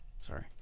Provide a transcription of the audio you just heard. Sorry